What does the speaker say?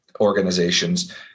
organizations